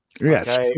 Yes